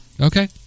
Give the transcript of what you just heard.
Okay